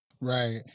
Right